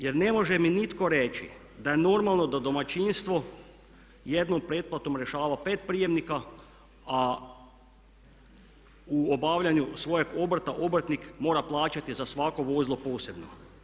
Jer ne može mi nitko reći da je normalno da domaćinstvo jednom pretplatom rješava pet prijemnika, a u obavljanju svojeg obrta obrtnik mora plaćati za svako vozilo posebno.